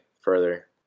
further